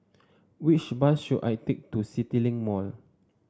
which bus should I take to CityLink Mall